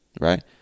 right